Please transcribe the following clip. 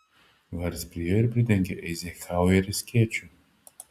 haris priėjo ir pridengė eizenhauerį skėčiu